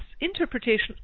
interpretation